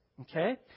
Okay